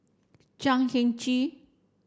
Chan Heng Chee